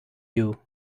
you